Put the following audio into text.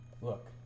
Look